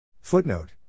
Footnote